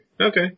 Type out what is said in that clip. Okay